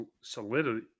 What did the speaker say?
solidity